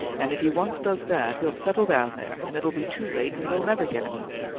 and if he once does that, he'll settle down there and it'll be too late and we'll never get him out.